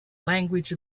language